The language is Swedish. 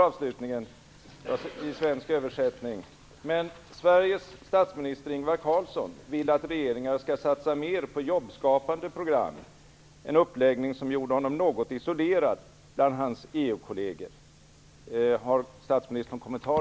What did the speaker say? Avslutningsvis står det, i svensk översättning: Men Sveriges statsminister Ingvar Carlsson vill att regeringar skall satsa mer på jobbskapande program - en uppläggning som gjorde honom något isolerad bland hans EU-kolleger.